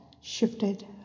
shifted